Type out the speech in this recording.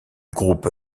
groupe